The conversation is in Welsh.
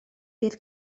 dydd